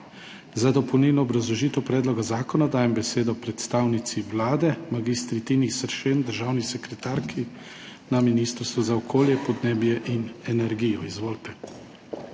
Za dopolnilno obrazložitev predloga zakona dajem besedo predstavnici Vlade mag. Tini Seršen, državni sekretarki na Ministrstvu za okolje, podnebje in energijo. Izvolite.